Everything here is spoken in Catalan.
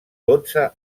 dotze